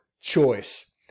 choice